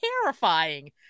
terrifying